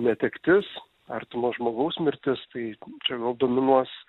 netektis artimo žmogaus mirtis tai čia gal dominuos